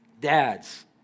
dads